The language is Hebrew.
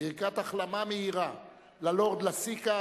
ברכת החלמה מהירה ללורד לאסיקה,